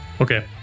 Okay